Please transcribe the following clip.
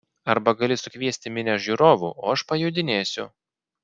arba gali sukviesti minią žiūrovų o aš pajodinėsiu